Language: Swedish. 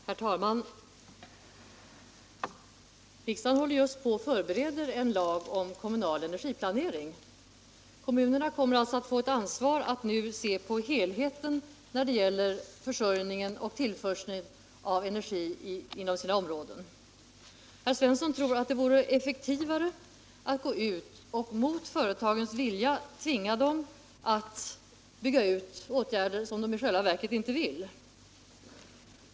Herr talman! Riksdagen håller just på att förbereda en lag om kommunal energiplanering. Kommunerna kommer alltså att få ett ansvar för att nu se på helheten när det gäller energiförsörjningen och tillförseln inom sina områden. Herr Svensson i Malmö tror att det vore effektivare att gå ut och tvinga företagen att bygga ut åtgärder som de i själva verket inte vill ha.